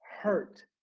hurt